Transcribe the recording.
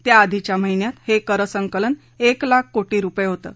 त्याआधीच्या महिन्यात हे करसंकलन एक लाख कोटी रुपये होतं